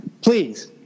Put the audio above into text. Please